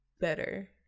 better